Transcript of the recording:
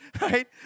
Right